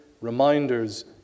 reminders